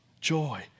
joy